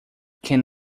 can